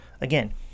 Again